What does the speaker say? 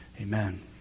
Amen